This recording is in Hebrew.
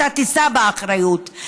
אתה תישא באחריות,